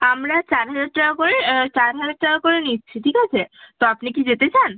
আমরা চার হাজার টাকা করে চার হাজার টাকা করে নিচ্ছি ঠিক আছে তো আপনি কি যেতে চান